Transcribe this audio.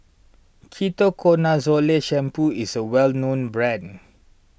Ketoconazole Shampoo is a well known brand